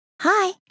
Hi